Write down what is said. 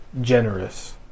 generous